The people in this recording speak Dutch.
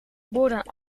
borden